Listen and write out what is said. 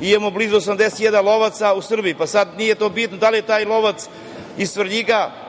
i imamo blizu 80.000 lovaca u Srbiji. Nije bitno da li je taj lovac iz Svrljiga,